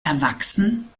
erwachsen